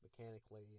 mechanically